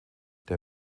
der